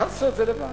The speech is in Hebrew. תעשו את זה לבד.